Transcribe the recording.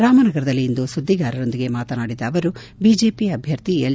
ರಾಮನಗರದಲ್ಲಿಂದು ಸುದ್ದಿಗಾರರೊಂದಿಗೆ ಮಾತನಾಡಿದ ಅವರು ಬಿಜೆಪಿ ಅಭ್ಯರ್ಥಿ ಎಲ್